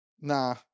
Nah